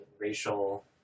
racial